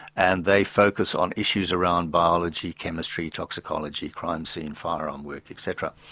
and they focus on issues around biology. chemistry, toxicology, crime scene firearm work etc.